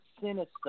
sinister